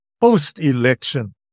post-election